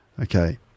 Okay